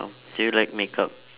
do you like makeup